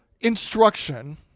instruction